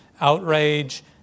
outrage